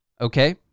okay